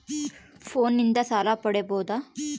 ಫೋನಿನಿಂದ ಸಾಲ ಪಡೇಬೋದ?